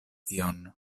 tion